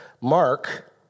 Mark